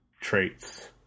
traits